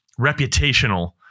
reputational